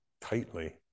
tightly